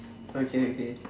okay okay